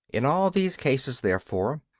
in all these cases, therefore,